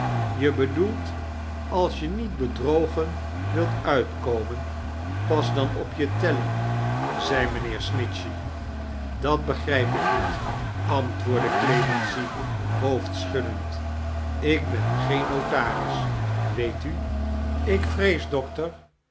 je bedoelt als je niet bedrogen wilt uitkomen pas dan op je tellen zei mijnheer snitchey dat begrijp ik niet antwoordde clemency hoofdschuddend ik ben geen notaris weet u chakles dickens ik vrees doctor